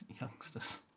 youngsters